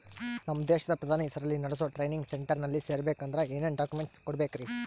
ನಮ್ಮ ದೇಶದ ಪ್ರಧಾನಿ ಹೆಸರಲ್ಲಿ ನೆಡಸೋ ಟ್ರೈನಿಂಗ್ ಸೆಂಟರ್ನಲ್ಲಿ ಸೇರ್ಬೇಕಂದ್ರ ಏನೇನ್ ಡಾಕ್ಯುಮೆಂಟ್ ಕೊಡಬೇಕ್ರಿ?